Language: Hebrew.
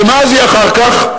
ואז מה יהיה אחר כך?